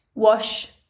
wash